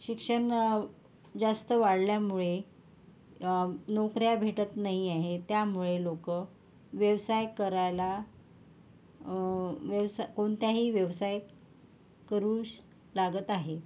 शिक्षण जास्त वाढल्यामुळे नोकऱ्या भेटत नाही आहे त्यामुळे लोकं व्यवसाय करायला व्यवसा कोणत्याही व्यवसाय करू लागत आहे